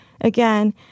Again